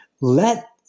let